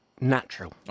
natural